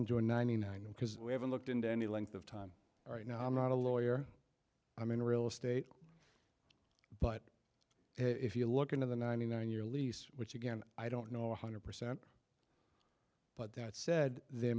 enjoy ninety nine and because we haven't looked into any length of time right now i'm not a lawyer i mean real estate but if you look into the ninety nine year lease which again i don't know one hundred percent but that said the